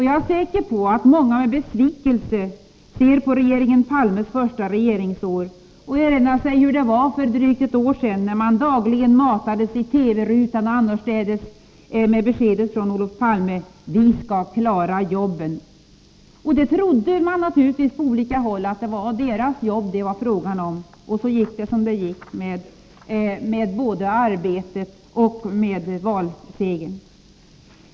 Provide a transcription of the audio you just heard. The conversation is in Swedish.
Jag är säker på att många med besvikelse ser på regeringen Palmes första regeringsår och erinrar sig hur det var för drygt ett år sedan, då vi nästan dagligen matades med beskedet från Olof Palme: Vi skall klara jobben. Och på olika håll trodde man naturligtvis att det var deras jobb det var fråga om, och så gick det som det gick med både arbetet och valsegern.